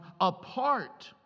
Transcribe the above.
apart